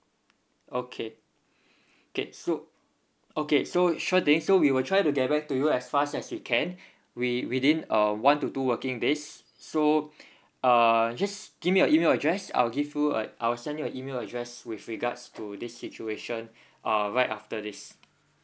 okay K so okay so sure thing so we will try to get back to you as fast as we can we within uh one to two working days so uh just give me your email address I'll give you uh I'll send you a email address with regards to this situation uh right after this